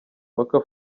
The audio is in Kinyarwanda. waka